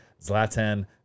Zlatan